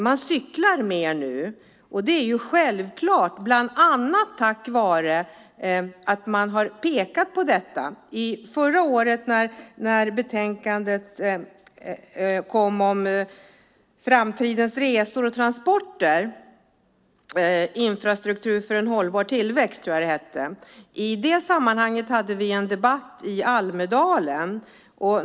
Det cyklas mer nu, och det är självklart bland annat tack vare att man har pekat på detta. Förra året när betänkandet kom, Framtidens resor och transporter - infrastruktur för hållbar tillväxt , tror jag att det hette, hade vi en debatt i Almedalen.